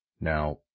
Now